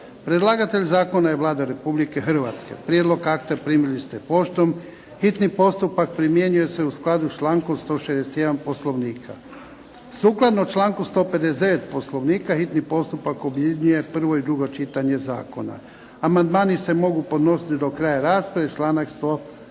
Predlagatelj zakona je Vlada Republike Hrvatske. Prijedlog akta primili ste poštom. Hitni postupak primjenjuje se u skladu s člankom 161. Poslovnika. Sukladno članku 159. Poslovnika, hitni postupak objedinjuje prvo i drugo čitanje zakona. Amandmani se mogu podnositi do kraja rasprave. Članak 164.